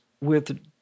with-